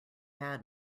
had